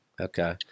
Okay